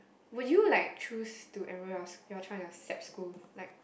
would you like choose to enroll your your child in a sap school like